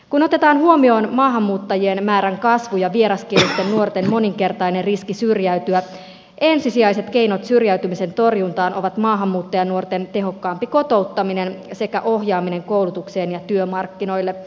kun otetaan huomioon maahanmuuttajien määrän kasvu ja vieraskielisten nuorten moninkertainen riski syrjäytyä ensisijaiset keinot syrjäytymisen torjuntaan ovat maahanmuuttajanuorten tehokkaampi kotouttaminen sekä ohjaaminen koulutukseen ja työmarkkinoille